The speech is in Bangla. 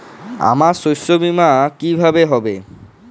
আমার শস্য বীমা কিভাবে হবে?